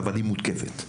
היא מותקפת.